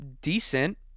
decent